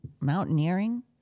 mountaineering